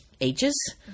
ages